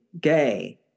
gay